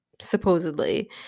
supposedly